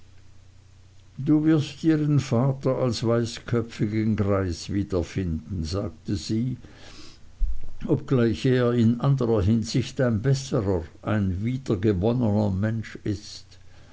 du wirst ihren vater als weißköpfigen greis wiederfinden sagte sie obgleich er in anderer hinsicht ein besserer ein wiedergewonnener mensch ist